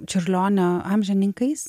čiurlionio amžininkais